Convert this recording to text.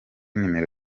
numero